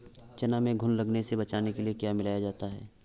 चना में घुन लगने से बचाने के लिए क्या मिलाया जाता है?